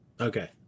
Okay